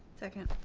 second.